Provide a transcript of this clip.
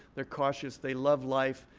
they're cautious. they love life.